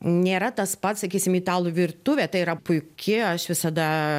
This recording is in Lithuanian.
nėra tas pats sakysim italų virtuvė tai yra puiki aš visada